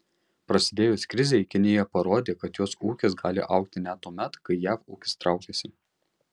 prasidėjus krizei kinija parodė kad jos ūkis gali augti net tuomet kai jav ūkis traukiasi